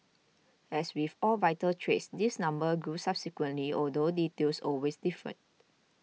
as with all vital trades this number grew subsequently although details always differed